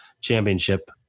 championship